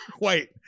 Wait